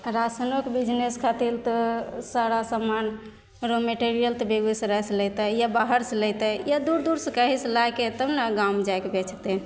राशनोके business करथिन तऽ सारा समान मने मेटेरिअल तऽ बेगुसरायेसे लेतै या बाहरसे लेतै या दूर दूरसे कहीँसे लैके तब ने गाम जाके बेचतै